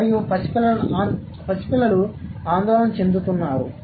మరియు పసిపిల్లలు ఆందోళన చెందుతున్నారు